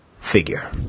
figure